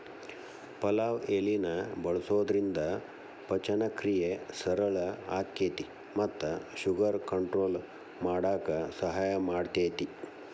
ಪಲಾವ್ ಎಲಿನ ಬಳಸೋದ್ರಿಂದ ಪಚನಕ್ರಿಯೆ ಸರಳ ಆಕ್ಕೆತಿ ಮತ್ತ ಶುಗರ್ ಕಂಟ್ರೋಲ್ ಮಾಡಕ್ ಸಹಾಯ ಮಾಡ್ತೆತಿ